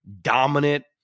dominant